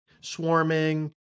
swarming